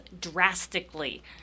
drastically